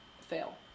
Fail